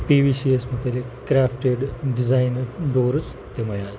P V C یَس متعلق crafted design doors تِمَے حظ